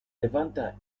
levanter